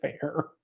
Fair